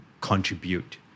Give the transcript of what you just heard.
contribute